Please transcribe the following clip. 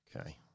Okay